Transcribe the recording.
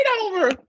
over